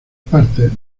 partes